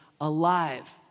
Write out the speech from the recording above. alive